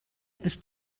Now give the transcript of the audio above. ist